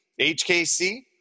HKC